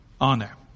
honor